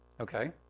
Okay